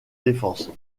défense